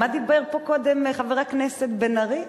מה דיבר פה קודם חבר הכנסת בן-ארי?